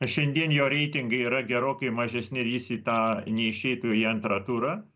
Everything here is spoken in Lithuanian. šiandien jo reitingai yra gerokai mažesni ir jis į tą neišeitų į antrą turą